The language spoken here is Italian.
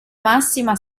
massima